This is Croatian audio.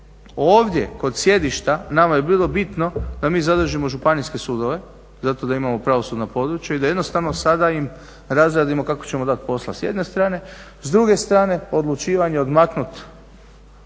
Ovdje kod sjedišta nama je bilo bitno da mi zadržimo županjske sudove zato da imamo pravosudna područja i da jednostavno sada im razradimo kako ćemo dati posla s jedne strane. S druge strane, odlučivanje odmaknuti